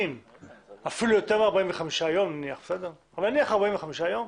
שמצריכים אפילו יותר מ-45 ימים, אבל נניח 45 ימים,